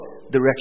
Direction